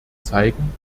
zeigen